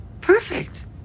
Perfect